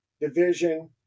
division